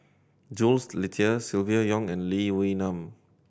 Jules Itier Silvia Yong and Lee Wee Nam